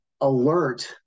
alert